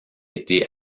été